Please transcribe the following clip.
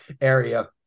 area